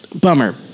Bummer